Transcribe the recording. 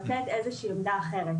לתת איזושהי עמדה אחרת.